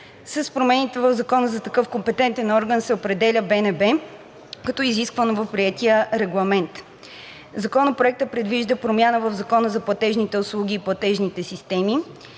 С промените в Закона за такъв компетентен орган се определя БНБ, както изисква новоприетият регламент. Законопроектът предвижда промяна в Закона за платежните услуги и платежните системи,